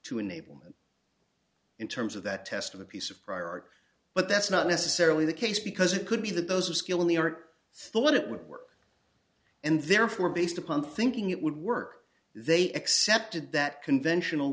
to enablement in terms of that test of a piece of prior art but that's not necessarily the case because it could be that those of skill in the art thought it would work and therefore based upon thinking it would work they accepted that conventional